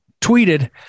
tweeted